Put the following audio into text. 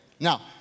Now